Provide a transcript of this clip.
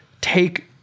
take